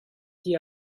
qui